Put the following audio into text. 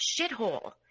shithole